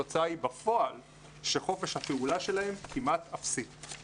בפועל התוצאה היא שחופש הפעולה שלהם כמעט אפסי.